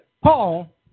paul